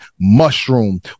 mushroom